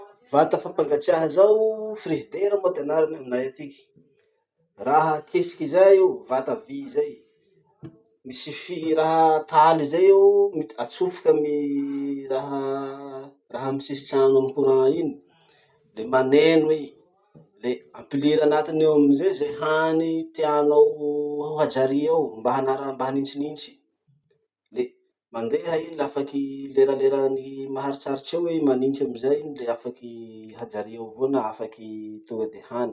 Vata fapangatsiaha zao frizidera moa ty anaraky aminay atiky. Raha kesiky zay io, vata vy zay. Misy fi- raha taly zay eo atsofoky amy raha raha amy sisitrano amy courant iny, le maneno i, le ampiliry anatiny ao amizay ze hany tianao hoajary ao mba hanar- mba hanitsinitsy. Le mandeha i la afaky leralera maharitsaritsy eo. Manitsy amizay i le afaky hajary ao avao na afaky tonga de hany.